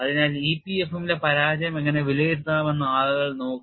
അതിനാൽ EPFM ലെ പരാജയം എങ്ങനെ വിലയിരുത്താമെന്ന് ആളുകൾ നോക്കി